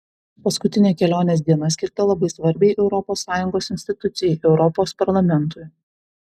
paskutinė kelionės diena skirta labai svarbiai europos sąjungos institucijai europos parlamentui